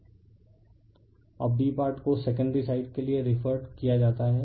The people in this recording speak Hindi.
रिफर स्लाइड टाइम 3815 अब B पार्ट को सेकेंडरी साइड के लिए रिफेर्रेड किया जाता है